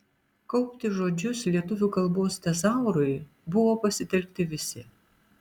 kaupti žodžius lietuvių kalbos tezaurui buvo pasitelkti visi